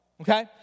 Okay